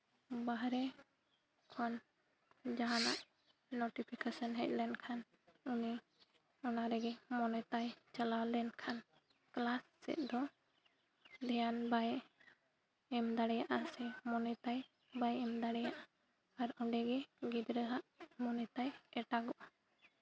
ᱵᱟᱦᱨᱮ ᱠᱷᱚᱱ ᱡᱟᱦᱟᱱᱟᱜ ᱱᱳᱴᱤᱯᱷᱤᱠᱮᱥᱚᱱ ᱦᱮᱡ ᱞᱮᱱᱠᱷᱟᱱ ᱩᱱᱤ ᱚᱱᱟ ᱨᱮᱜᱮ ᱢᱚᱱᱮ ᱛᱟᱭ ᱪᱟᱞᱟᱣ ᱞᱮᱱᱠᱷᱟᱱ ᱠᱞᱟᱥ ᱥᱮᱫ ᱫᱚ ᱫᱷᱮᱭᱟᱱ ᱵᱟᱭ ᱮᱢ ᱫᱟᱲᱮᱭᱟᱜᱼᱟ ᱥᱮ ᱢᱚᱱᱮ ᱛᱟᱭ ᱵᱟᱭ ᱮᱢ ᱫᱟᱲᱮᱭᱟᱜᱼᱟ ᱟᱨ ᱚᱸᱰᱮ ᱜᱮ ᱜᱤᱫᱽᱨᱟᱹᱣᱟᱜ ᱢᱚᱱᱮ ᱛᱟᱭ ᱮᱴᱟᱜᱚᱜᱼᱟ